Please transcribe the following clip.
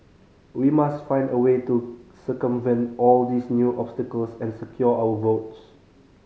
we must find a way to circumvent all these new obstacles and secure our votes